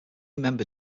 member